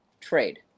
trade